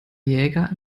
jäger